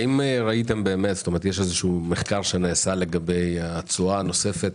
האם יש איזשהו מחקר שנעשה לגבי התשואה הנוספת